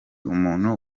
umuntu